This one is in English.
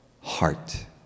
heart